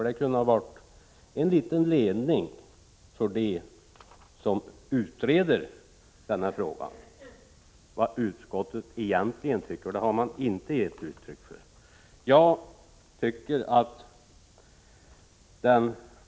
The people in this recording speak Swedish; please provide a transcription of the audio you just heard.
Det kunde ha varit en liten ledning för dem som utreder frågan om utskottet hade skrivit vad man egentligen tycker — men det har man inte gett uttryck för.